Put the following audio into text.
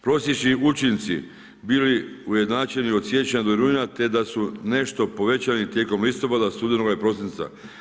Prosječni učinci bili su ujednačeni od siječnja do rujna, te da su nešto povećani tijekom listopada, studenoga i prosinca.